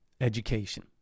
education